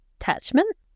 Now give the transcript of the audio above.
attachment